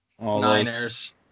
Niners